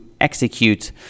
execute